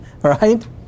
Right